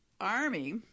Army